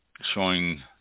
showing